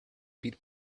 pit